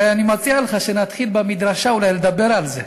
ואני מציע לך שנתחיל במדרשה אולי לדבר על זה.